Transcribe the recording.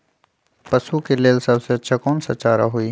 पशु के लेल सबसे अच्छा कौन सा चारा होई?